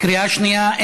בקריאה שנייה.